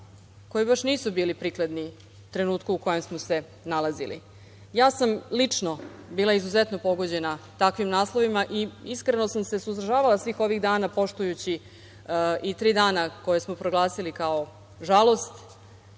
koji baš nisu bili prikladni trenutku u kojem smo se nalazili. Ja sam lično bila izuzetno pogođena takvim naslovima i iskreno sam se suzdržavala svih ovih dana poštujući i tri dana koje smo proglasili kao žalost